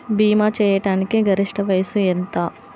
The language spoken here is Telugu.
భీమా చేయాటానికి గరిష్ట వయస్సు ఎంత?